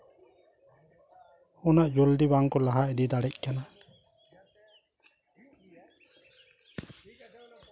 ᱩᱱᱟᱹᱜ ᱡᱚᱞᱫᱤ ᱵᱟᱝᱠᱚ ᱞᱟᱦᱟ ᱤᱫᱤ ᱫᱟᱲᱮᱜ ᱠᱟᱱᱟ